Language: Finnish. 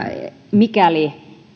mikäli